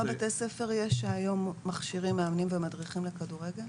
--- כמה בתי ספר יש היום שמכשירים מאמנים ומדריכים לכדורגל?